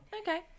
okay